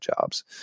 jobs